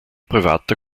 privater